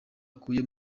akuye